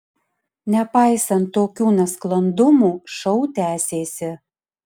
nepaisant tokių nesklandumų šou tęsėsi